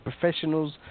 professionals